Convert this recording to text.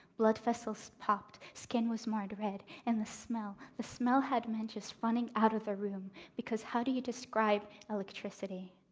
blood vessels popped, skin was marred red, and the smell the smell had men just running out of the room because how do you describe electricity?